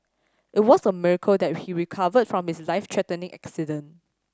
it was a miracle that he recovered from his life threatening accident